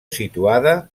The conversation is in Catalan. situada